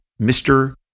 Mr